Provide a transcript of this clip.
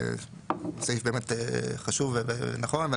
הוא סעיף חשוב ונכון,